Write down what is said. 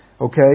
Okay